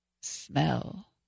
Smell